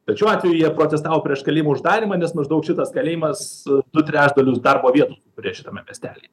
bet šiuo atveju jie protestavo prieš kalėjimo uždarymą nes maždaug šitas kalėjimas du trečdalius darbo vietų turė šitame miestelyje